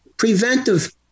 preventive